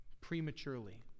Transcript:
prematurely